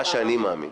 מה שאני מאמין.